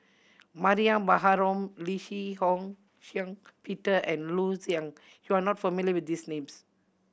Mariam Baharom Lee Shihong Shiong Peter and Loo Zihan You are not familiar with these names